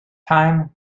time